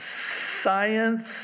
science